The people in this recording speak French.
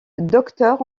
docteur